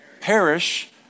Perish